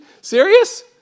serious